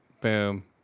boom